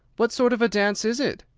what sort of a dance is it?